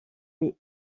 les